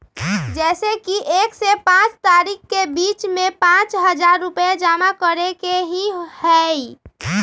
जैसे कि एक से पाँच तारीक के बीज में पाँच हजार रुपया जमा करेके ही हैई?